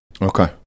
Okay